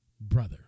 brother